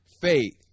faith